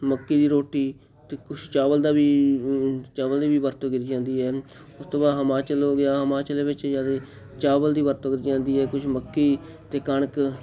ਮੱਕੀ ਦੀ ਰੋਟੀ ਅਤੇ ਕੁਛ ਚਾਵਲ ਦਾ ਵੀ ਚਾਵਲ ਦੀ ਵੀ ਵਰਤੋਂ ਕੀਤੀ ਜਾਂਦੀ ਹੈ ਉਸ ਤੋਂ ਬਾਅਦ ਹਿਮਾਚਲ ਹੋ ਗਿਆ ਹਿਮਾਚਲ ਦੇ ਵਿੱਚ ਜ਼ਿਆਦੇ ਚਾਵਲ ਦੀ ਵਰਤੋਂ ਕੀਤੀ ਜਾਂਦੀ ਹੈ ਕੁਝ ਮੱਕੀ ਅਤੇ ਕਣਕ